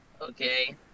Okay